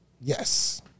Yes